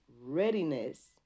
readiness